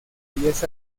diez